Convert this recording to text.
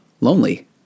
lonely